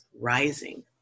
rising